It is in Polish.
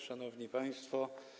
Szanowni Państwo!